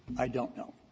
i don't know.